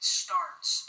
starts